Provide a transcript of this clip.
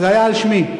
זה היה על שמי.